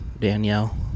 Danielle